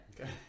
Okay